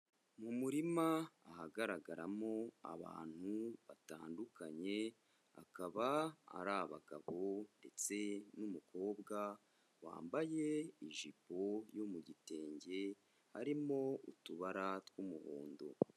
Mu murima ahagaragaramo abantu batandukanye, akaba ari abagabo ndetse n'umukobwa wambaye ijipo yo mu gitenge, harimo utubara tw'umuhondo.